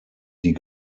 die